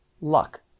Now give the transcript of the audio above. luck